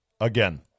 Again